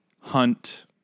Hunt